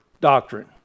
doctrine